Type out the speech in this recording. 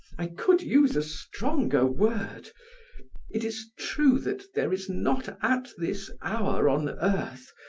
i could use a stronger word it is true that there is not at this hour on earth,